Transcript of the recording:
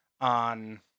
on